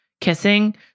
kissing